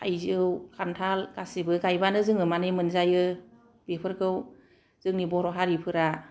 थाइजौ खानथाल गासिबो गायबानो जोङो मानि मोनजायो बेफोरखौ जोंनि बर' हारिफोरा